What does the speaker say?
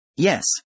Yes